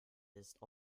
ist